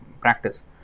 practice